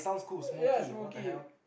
ya smoky